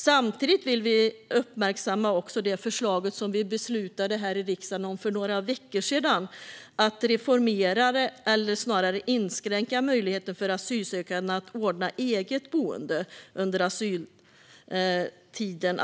Samtidigt vill vi uppmärksamma det förslag som vi beslutade om i riksdagen för några veckor sedan. Det handlade om att reformera EBO-lagen eller snarare om att inskränka möjligheten för asylsökande att ordna eget boende under asyltiden.